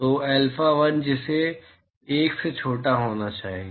तो alpha1 जिसे 1 से छोटा होना चाहिए